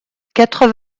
quatre